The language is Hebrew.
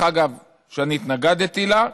דרך אגב, שהתנגדתי לה,